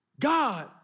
God